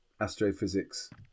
astrophysics